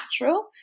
natural